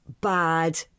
bad